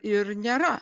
ir nėra